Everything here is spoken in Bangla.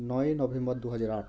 নয়ই নভেম্বর দু হাজার আট